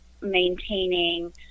maintaining